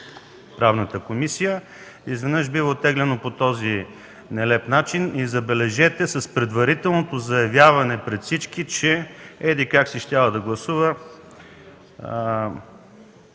правни въпроси, изведнъж бива оттеглено по този нелеп начин и, забележете, с предварителното заявяване пред всички, че еди-как си щяла да гласува